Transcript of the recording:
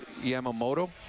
Yamamoto